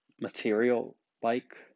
material-like